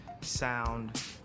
sound